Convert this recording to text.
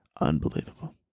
Unbelievable